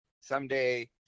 Someday